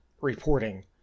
reporting